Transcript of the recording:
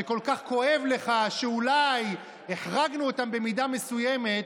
שכל כך כואב לך שאולי החרגנו אותם במידה מסוימת,